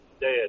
dead